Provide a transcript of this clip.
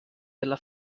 della